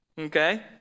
okay